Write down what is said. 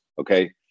Okay